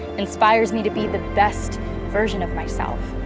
inspires me to be the best version of myself,